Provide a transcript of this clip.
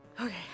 Okay